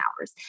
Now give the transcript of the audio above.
hours